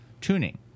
tuning